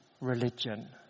religion